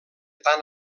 tant